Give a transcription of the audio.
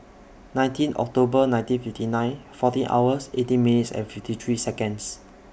nineteen October nineteen fifty nine fourteen hours eighteen minutes and fifty three Seconds